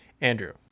Andrew